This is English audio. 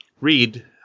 read